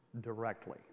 directly